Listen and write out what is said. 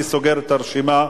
אני סוגר את הרשימה.